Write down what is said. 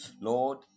Lord